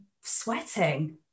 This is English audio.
sweating